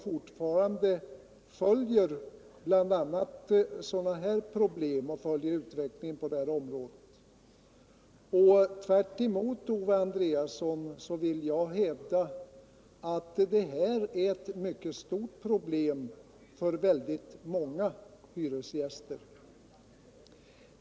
Fortfarande följer jag utvecklingen på bl.a. det här området. Tvärtemot Owe Andréasson vill jag hävda att det här är ett mycket stort problem för väldigt många hyresgäster.